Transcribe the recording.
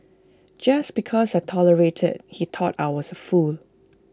just because I tolerated he thought I was A fool